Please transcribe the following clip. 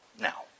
now